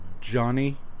Johnny